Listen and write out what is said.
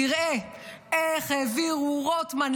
תראה איך העבירו רוטמן,